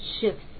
shifts